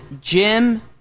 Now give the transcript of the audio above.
Jim